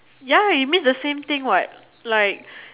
ya it means the same thing what like